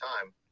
time